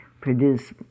produce